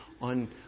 on